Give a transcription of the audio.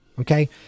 Okay